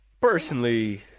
Personally